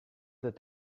that